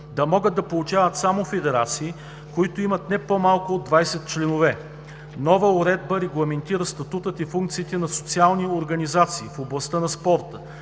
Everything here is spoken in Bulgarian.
да могат да получават само федерации, които имат не по-малко от 20 членове. Нова уредба регламентира статута и функциите на „специални организации“ в областта на спорта.